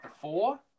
four